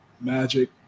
magic